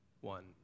one